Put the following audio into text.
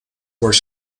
were